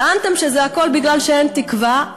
טענתם שזה הכול בגלל שאין תקווה,